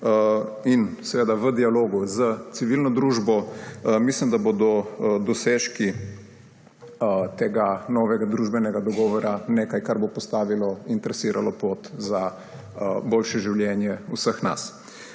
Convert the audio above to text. – seveda v dialogu s civilno družbo, mislim, da bodo dosežki tega novega družbenega dogovora nekaj, kar bo postavilo in trasiralo pot za boljše življenje vseh nas.